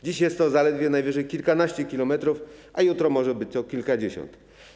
Dziś jest to zaledwie najwyżej kilkanaście kilometrów, a jutro może być to kilkadziesiąt.